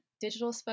digital